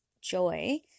joy